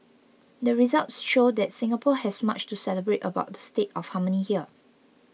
the results show that Singapore has much to celebrate about the state of harmony here